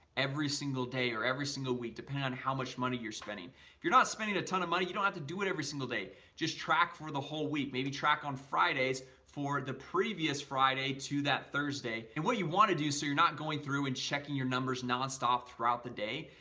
every single day or every single week depend on how much money you're spending if you're not spending a ton of money, you don't have to do it every single day just track for the whole week maybe track on fridays for the previous friday to that thursday and what you want to do so you're not going through and checking your numbers non-stop throughout the day.